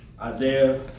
Isaiah